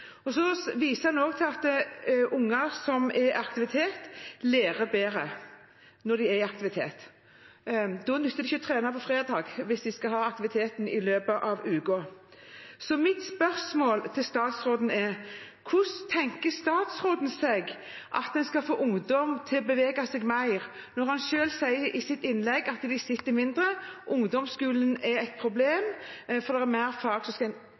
gjennomsnitt. Så viser en også til at unger som er i aktivitet, lærer bedre. Da nytter det ikke å trene på fredag hvis de skal ha aktiviteten i løpet av uken. Mitt spørsmål til statsråden er: Hvordan tenker statsråden seg at en skal få ungdom til å bevege seg mer, når han selv sier i sitt innlegg at de beveger seg mindre? Ungdomsskolen er et problem, for det er flere fag som skal inn. Hvordan vil statsråden at vi skal få ungdommer til å bevege seg mer